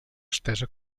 estesa